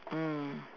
mm